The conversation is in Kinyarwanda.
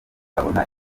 abona